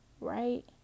right